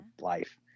life